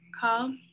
call